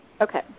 Okay